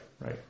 right